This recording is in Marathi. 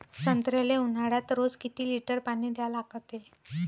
संत्र्याले ऊन्हाळ्यात रोज किती लीटर पानी द्या लागते?